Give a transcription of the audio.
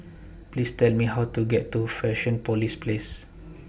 Please Tell Me How to get to Fusionopolis Place